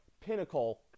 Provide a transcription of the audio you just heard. pinnacle